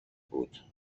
بود